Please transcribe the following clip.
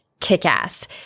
kick-ass